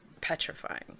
petrifying